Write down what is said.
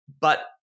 But-